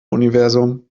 universum